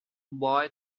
boy